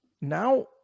now